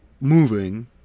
moving